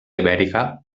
ibèrica